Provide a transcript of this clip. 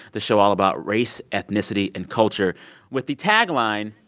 the show all about race, ethnicity and culture with the tagline,